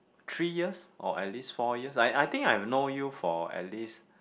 three years or at least four years I I think I've know you for at least